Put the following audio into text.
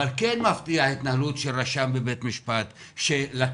אבל כן מפתיעה ההתנהלות של רשם בבית משפט שלקח